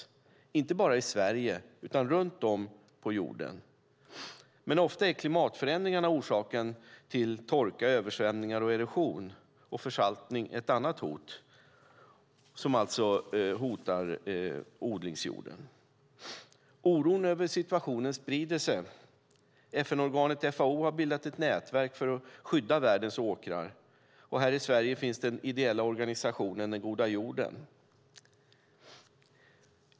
Detta sker inte bara i Sverige utan runt om på jorden. Ofta är dock klimatförändringarna orsaken till torka, översvämningar och erosion. Försaltning är ett annat hot mot odlingsjorden. Oron över situationen sprider sig. FN-organet FAO har bildat ett nätverk för att skydda världens åkrar. Här i Sverige finns den ideella organisationen Den Goda Jorden.